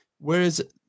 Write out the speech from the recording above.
Whereas